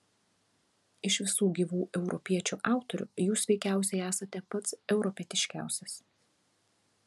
iš visų gyvų europiečių autorių jūs veikiausiai esate pats europietiškiausias